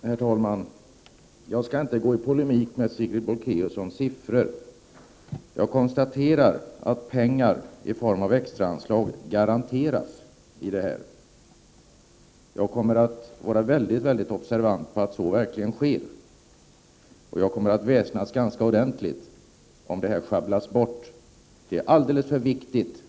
Herr talman! Jag skall inte gå i polemik med Sigrid Bolkéus om siffror. Jag konstaterar att pengar i form av extraanslag garanteras i detta sammanhang. Jag kommer att vara mycket observant på att så verkligen sker, och jag kommer att väsnas ganska ordentligt om detta sjabblas bort.